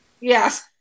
Yes